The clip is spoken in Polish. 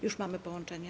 Już mamy połączenie.